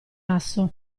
asso